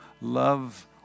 love